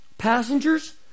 passengers